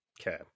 okay